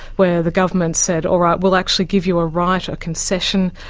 where the government said, all right, we'll actually give you a right, a concession,